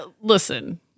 listen